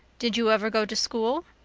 did you ever go to school?